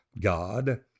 God